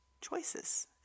choices